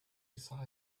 inside